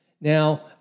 Now